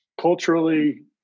culturally